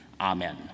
Amen